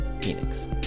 Phoenix